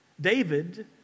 David